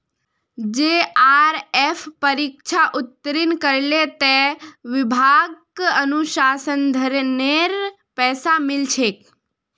JRF परीक्षा उत्तीर्ण करले त विभाक अनुसंधानेर पैसा मिल छेक